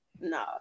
No